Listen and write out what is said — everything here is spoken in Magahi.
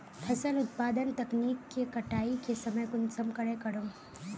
फसल उत्पादन तकनीक के कटाई के समय कुंसम करे करूम?